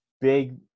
big